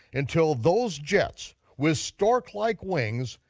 until those jets, with stork-like wings,